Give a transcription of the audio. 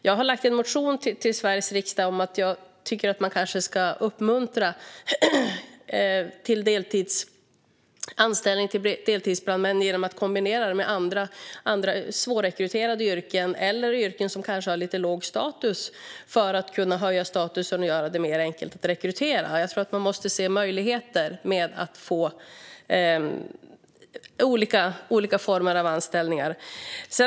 Jag har lagt fram en motion till Sveriges riksdag om att jag tycker att man ska uppmuntra folk till att ta anställning som deltidsbrandman genom att kombinera det med andra, svårrekryterade yrken eller yrken som har lite lägre status för att höja deras status och göra det enklare att rekrytera. Jag tror att man måste titta på möjligheterna i olika former av anställningar.